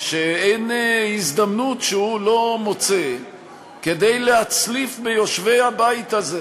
שאין הזדמנות שהוא לא מוצא כדי להצליף ביושבי הבית הזה,